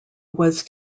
was